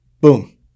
Boom